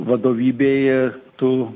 vadovybei tu